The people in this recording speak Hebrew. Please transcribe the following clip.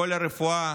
כל הרפואה,